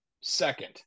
second